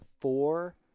four